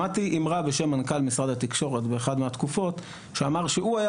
שמעתי אמרה בשם מנכ"ל משרד התקשורת באחת מהתקופות שאמר שהוא היה